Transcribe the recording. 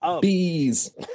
Bees